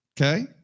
Okay